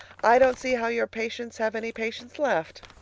i don't see how your patients have any patience left.